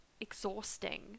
exhausting